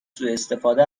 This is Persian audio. سوءاستفاده